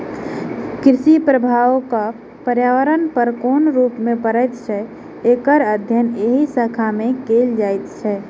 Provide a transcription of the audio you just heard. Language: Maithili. कृषिक प्रभाव पर्यावरण पर कोन रूप मे पड़ैत छै, एकर अध्ययन एहि शाखा मे कयल जाइत छै